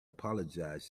apologize